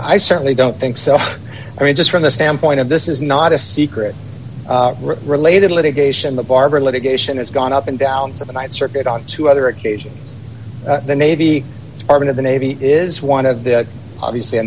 i certainly don't think so i mean just from the standpoint of this is not a secret related litigation that barbara litigation has gone up and down to the night circuit on two other occasions the navy arm of the navy is one of the obviously a